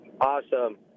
Awesome